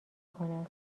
کنن